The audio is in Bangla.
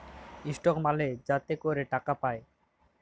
ইসটক মালে যাতে ক্যরে টাকা পায়